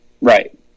right